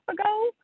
ago